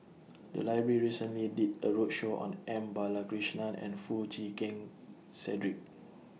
The Library recently did A roadshow on M Balakrishnan and Foo Chee Keng Cedric